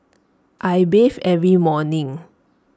I bathe every morning